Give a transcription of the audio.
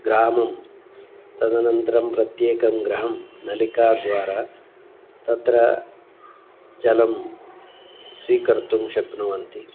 ग्रामं तदनन्तरं प्रत्येकं गृहं नलिकाद्वारा तत्र जलं स्वीकर्तुं शक्नुवन्ति